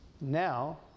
Now